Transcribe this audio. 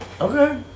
Okay